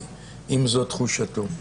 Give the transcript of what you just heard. אם זו תחושתו.